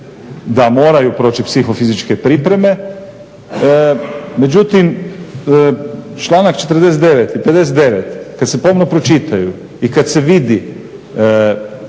da moraju proći psihofizičke pripreme. Međutim, članak 49. i 59. kad se pomno pročitaju i kad se vidi